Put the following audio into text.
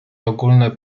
ogólne